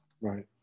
Right